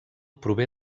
prové